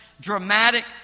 dramatic